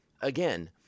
again